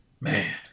Man